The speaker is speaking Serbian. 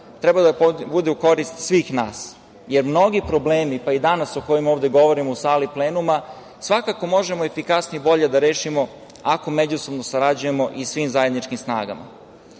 treba da bude u korist svih nas, jer mnoge probleme, pa i o kojima danas govorimo ovde u sali plenuma, svakako možemo efikasnije da rešimo ako međusobno sarađujemo i svim zajedničkim